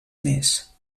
més